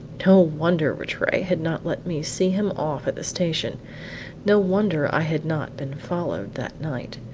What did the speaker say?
no wonder rattray had not let me see him off at the station no wonder i had not been followed that night.